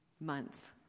months